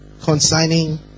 concerning